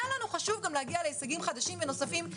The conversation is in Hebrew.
היה לנו חשוב גם להגיע להישגים חדשים ונוספים,